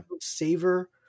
Savor